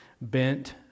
bent